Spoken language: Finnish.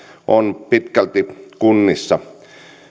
on pitkälti kunnissa